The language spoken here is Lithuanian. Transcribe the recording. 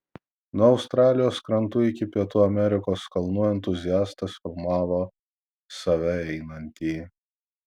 nuo australijos krantų iki pietų amerikos kalnų entuziastas filmavo save einantį